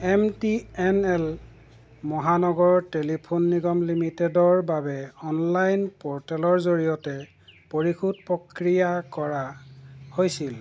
M T N L মহানগৰ telephone নিগম লিমিটেডৰ বাবে অনলাইন পৰ্টেলৰ জৰিয়তে পৰিশোধ প্ৰক্ৰিয়া কৰা হৈছিল